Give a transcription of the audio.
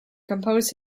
compose